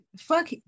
fuck